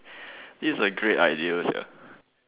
this is a great idea sia